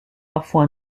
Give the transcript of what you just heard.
parfois